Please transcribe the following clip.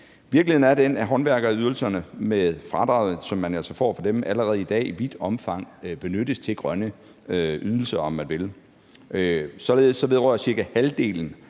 Virkeligheden er den, at håndværkerydelserne med fradraget, som man jo altså får for dem, allerede i dag i vidt omfang benyttes til grønne ydelser, om man vil. Således vedrører cirka halvdelen